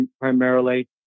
primarily